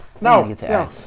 No